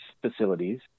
facilities